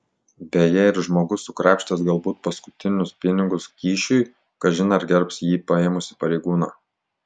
beje ir žmogus sukrapštęs galbūt paskutinius pinigus kyšiui kažin ar gerbs jį paėmusį pareigūną